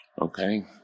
okay